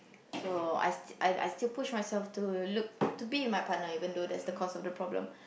so I still I I still push myself to look to be with my partner even though that's the cause of the problem